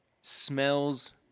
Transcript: smells